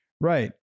Right